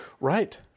Right